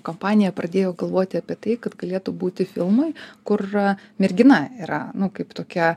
kompanija pradėjo galvoti apie tai kad galėtų būti filmai kur yra mergina yra nu kaip tokia